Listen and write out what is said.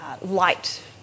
light